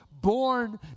born